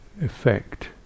effect